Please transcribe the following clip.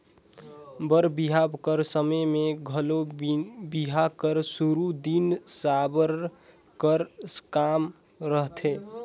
बर बिहा कर समे मे घलो बिहा कर सुरू दिन साबर कर काम रहथे